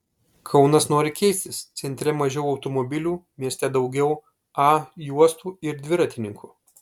kaunas nori keistis centre mažiau automobilių mieste daugiau a juostų ir dviratininkų